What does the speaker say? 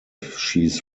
she’s